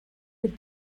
with